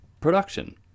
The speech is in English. production